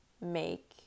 make